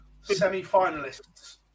semi-finalists